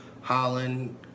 Holland